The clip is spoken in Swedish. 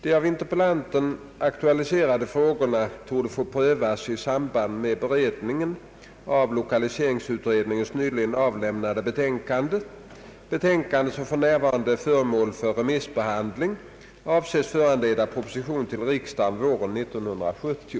De av interpellanten aktualiserade frågorna torde få prövas i samband med beredningen av lokaliseringsutredningens nyligen avlämnade betänkande. Betänkandet, som för närvarande är föremål för remissbehandling, avses föranleda proposition till riksdagen våren 1970.